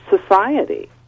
society